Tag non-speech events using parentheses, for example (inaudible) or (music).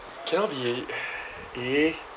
cannot be (noise) eh